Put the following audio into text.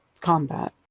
combat